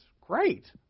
great